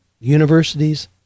Universities